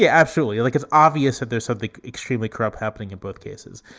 yeah absolutely. look, it's obvious that there's something extremely corrupt happening in both cases.